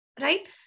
right